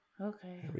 Okay